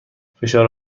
فشار